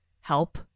help